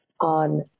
on